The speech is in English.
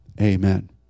Amen